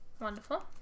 Wonderful